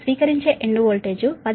స్వీకరించే end voltage 10